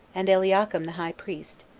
and eliakim the high priest,